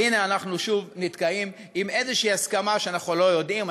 והנה אנחנו שוב נתקעים עם איזו הסכמה שאנחנו לא יודעים,